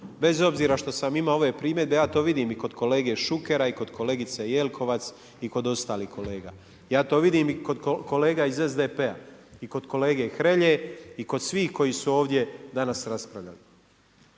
bez obzira što sam imao ove primjedbe ja to vidim i kod kolege Šukera i kod kolegice Jelkovac i kod ostalih kolega. Ja to vidim i kod kolega iz SDP-a i kod kolege Hrelje i kod svih koji su ovdje danas raspravljali.